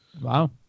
Wow